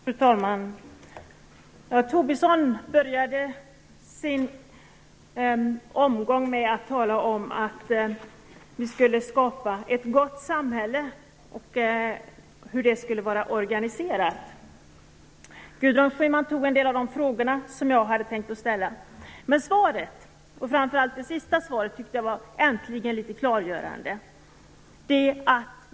Fru talman! Lars Tobisson började med att tala om att vi skulle skapa ett gott samhälle och om hur det skulle vara organiserat. Gudrun Schyman tog upp en del av de frågor som jag hade tänkt ställa. Men svaren, framför allt det sista svaret, tyckte jag var litet klargörande, äntligen.